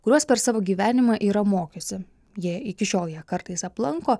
kuriuos per savo gyvenimą yra mokiusi jie iki šiol ją kartais aplanko